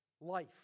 life